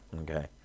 okay